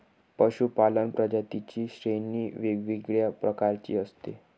पशूपालन प्रजातींची श्रेणी वेगवेगळ्या प्रकारची असते